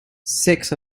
six